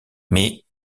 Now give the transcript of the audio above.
mais